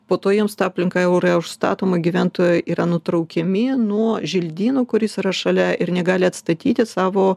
po to jiems ta aplinka jau yra užstatoma gyventojai yra nutraukiami nuo želdynų kuris yra šalia ir negali atstatyti savo